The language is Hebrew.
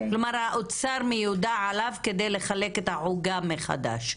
כלומר, האוצר מיודע עליו כדי לחלק את העוגה מחדש,